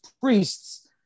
priests